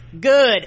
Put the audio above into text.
Good